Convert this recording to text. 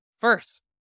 first